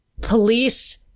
police